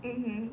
mm mm